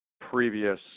previous